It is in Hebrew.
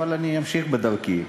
אבל אני אמשיך בדרכי.